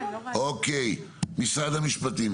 משרד המשפטים,